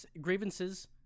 grievances